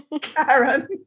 Karen